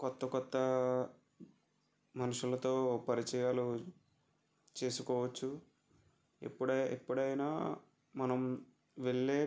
కొత్త కొత్త మనుషులతో పరిచయాలు చేసుకోవచ్చు ఇప్పుడే ఎప్పుడైనా మనం వెళ్ళే